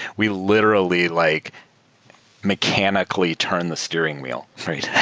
we literally like mechanically turned the steering wheel, right?